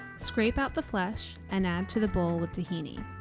scrape out the flesh and add to the bowl with tahini.